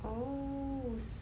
oh